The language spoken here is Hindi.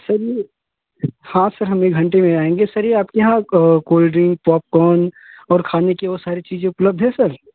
सर हाँ सर हम एक घंटे में आएँगे सर यह आपके यहाँ कोल्ड ड्रिंक पॉपकॉर्न और खाने के और सारी चीज़ें उपलब्ध हैं सर